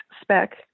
spec